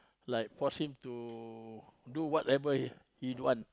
like force him to do whatever he don't want